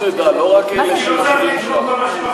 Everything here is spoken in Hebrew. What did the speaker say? לא רק אלה שיושבים שם.